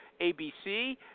ABC